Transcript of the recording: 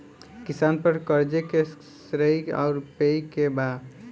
किसान पर क़र्ज़े के श्रेइ आउर पेई के बा?